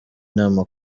nama